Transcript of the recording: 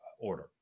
order